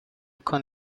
con